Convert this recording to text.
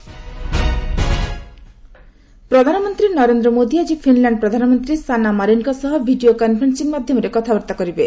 ପ୍ରଧାନମନ୍ତ୍ରୀ ପ୍ରଧାନମନ୍ତ୍ରୀ ନରେନ୍ଦ୍ର ମୋଦୀ ଆଜି ଫିନଲାଣ୍ଡ ପ୍ରଧାନମନ୍ତ୍ରୀ ସାନା ମାରିନ୍ଙ୍କ ସହ ଭିଡିଓ କନଫରେନସିଂ ମାଧ୍ୟମରେ କଥାବାର୍ତ୍ତା କରିବେ